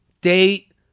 date